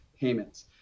payments